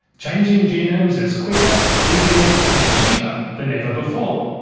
changing genomes is quicker, easier and cheaper than ever before.